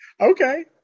okay